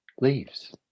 leaves